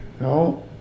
No